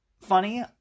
funny